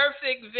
perfect